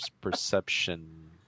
perception